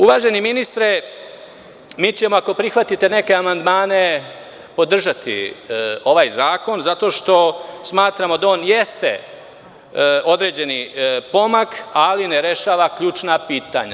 Uvaženi ministre, mi ćemo ako prihvatite neke amandmane podržati ovaj zakon, zato što smatramo da on jeste određeni pomak, ali ne rešava ključna pitanja.